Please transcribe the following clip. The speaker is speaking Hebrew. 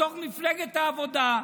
בתוך מפלגת העבודה,